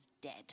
dead